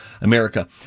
America